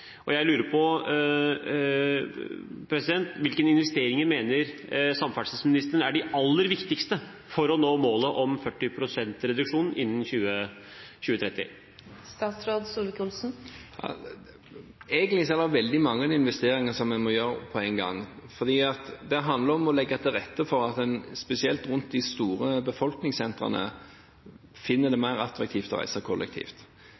Jeg lurer på: Hvilke investeringer mener samferdselsministeren er de aller viktigste for å nå målet om 40 pst. reduksjon innen 2030? Jeg synes det er veldig mange investeringer som en må gjøre på en gang. Det handler om å legge til rette for at en spesielt rundt de store befolkningssentrene finner det mer attraktivt å reise kollektivt.